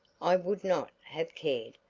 i would not have cared,